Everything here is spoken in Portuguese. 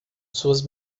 suas